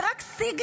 זה רק סיגנל,